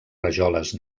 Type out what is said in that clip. rajoles